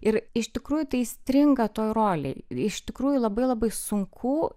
ir iš tikrųjų tai stringa toj rolėj iš tikrųjų labai labai sunku